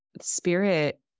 spirit